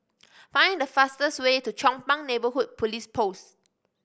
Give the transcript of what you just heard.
find the fastest way to Chong Pang Neighbourhood Police Post